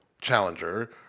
challenger